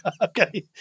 Okay